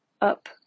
up